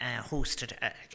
hosted